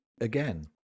again